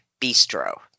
Bistro